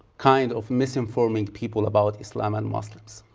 kind of misinforming people about islam and muslims.